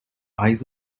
eyes